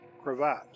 cravat